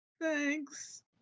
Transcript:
Thanks